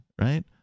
right